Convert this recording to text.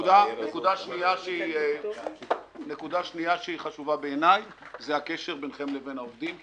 נקודה שנייה חשובה בעיניי היא הקשר ביניכם לבין העובדים,